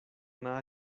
nada